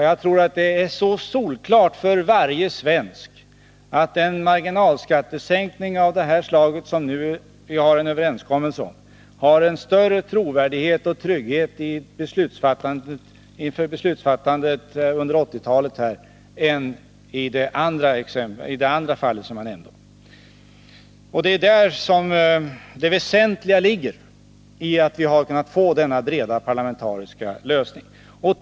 Jag tror att det är solklart för varje svensk att en marginalskattesänkning av det slag som vi nu har en överenskommelse om har större trovärdighet och innebär en större trygghet när det gäller beslutsfattandet under 1980-talet än reformen i det andra fallet som jag nämnde. Det är här som det väsentliga i att vi har kunnat få en bred parlamentarisk lösning ligger.